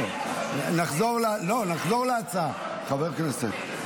לא, נחזור להצעה, חבר הכנסת.